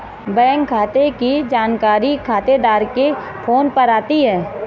bank खाते की जानकारी खातेदार के फोन पर आती है